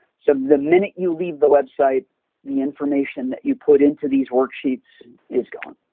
so the minute you leave the website the information that you put into these worksheets is gone.